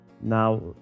Now